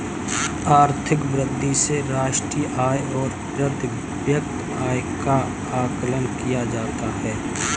आर्थिक वृद्धि से राष्ट्रीय आय और प्रति व्यक्ति आय का आकलन किया जाता है